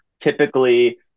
typically